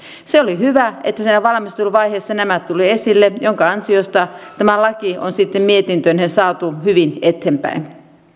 se oli hyvä että siinä valmisteluvaiheessa nämä tulivat esille minkä ansiosta tämä laki on sitten mietintöineen saatu hyvin eteenpäin